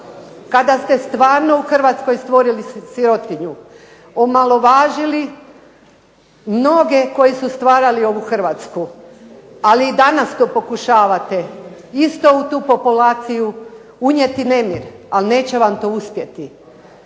kada ste stvarno u Hrvatskoj stvorili sirotinju, omalovažili mnoge koji su stvarali ovu Hrvatsku. Ali i danas to pokušavate. Isto u tu populaciju unijeti nemir, ali neće vam to uspjeti.